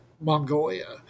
Mongolia